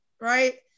right